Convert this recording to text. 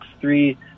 three